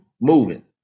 moving